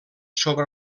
sobre